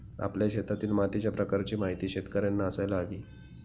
आपल्या शेतातील मातीच्या प्रकाराची माहिती शेतकर्यांना असायला हवी